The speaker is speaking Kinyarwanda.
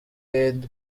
eyed